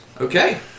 Okay